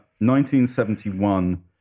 1971